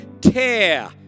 tear